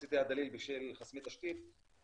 שיחסית היה דליל בשל חסמי תשתית,